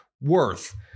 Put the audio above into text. worth